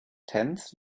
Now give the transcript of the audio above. tenth